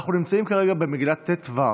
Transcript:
אנחנו נמצאים כרגע במגילה ט"ו.